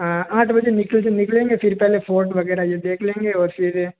हाँ आठ बजे निकलते निकलेंगे फिर पहले फ़ोर्ड वग़ैरह ये देख लेंगे और फिर